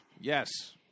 Yes